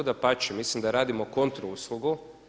Dapače, mislim da radimo kontra uslugu.